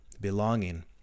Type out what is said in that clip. belonging